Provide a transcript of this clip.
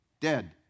dead